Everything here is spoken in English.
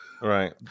Right